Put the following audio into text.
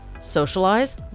socialize